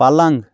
پَلنگ